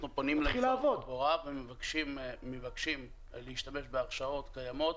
אנחנו פונים למשרד התחבורה ומבקשים להשתמש בהרשאות קיימות.